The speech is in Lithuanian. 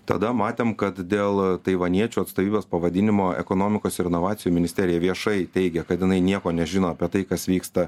tada matėm kad dėl taivaniečių atstovybės pavadinimo ekonomikos ir inovacijų ministerija viešai teigia kad jinai nieko nežino apie tai kas vyksta